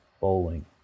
bowling